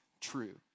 true